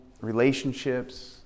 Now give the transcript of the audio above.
relationships